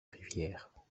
rivière